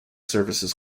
services